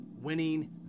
winning